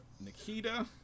Nikita